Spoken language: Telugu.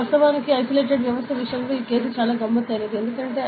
వాస్తవానికి ఐసోలేటెడ్ వ్యవస్థ విషయంలో ఈ కేసు చాలా గమ్మత్తైనది ఎందుకంటే